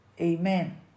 Amen